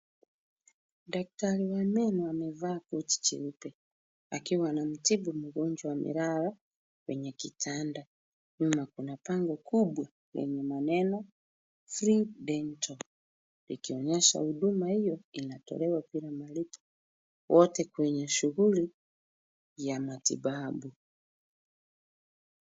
Daktari wa meno amevaa koti jeupe akiwa anamtibu mgonjwa amelala kwenye kitanda. Nyuma kuna bango kubwa lenye maneno free dental ikionyesha huduma hiyo inatolewa bila malipo wote kwenye shughuli ya matibabu.